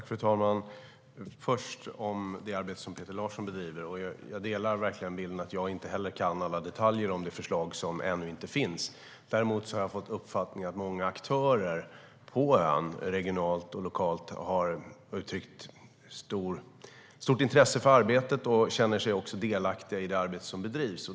Fru talman! Först om det arbete som Peter Larsson bedriver: Jag menar verkligen att inte heller jag kan alla detaljer om det förslag som ännu inte finns. Däremot har jag fått uppfattningen att många aktörer regionalt och lokalt har uttryckt stort intresse för arbetet och också känner sig delaktiga i det arbete som bedrivs.